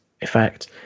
effect